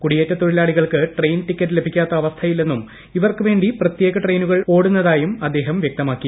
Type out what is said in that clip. കുടിയേറ്റ തൊഴിലാളികൾക്ക് train ticket ലഭിക്കാത്ത അവസ്ഥ ഇല്ലെന്നും ഇവർക്ക് വേണ്ടി പ്രത്യേക ട്രെയിനുകൾ ഓടുന്നതായും അദ്ദേഹം പറഞ്ഞു